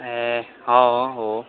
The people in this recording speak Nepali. ए हौ हो